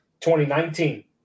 2019